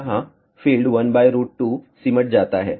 जहां फील्ड 12सिमट जाता है